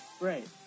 Right